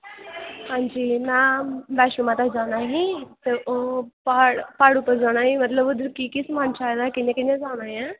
आं जी में वैष्णो माता जाना ही ओह् प्हाड़ उप्पर जाना ई उद्धर मतलब की की समान चाहिदा ते कियां कियां जाना ऐ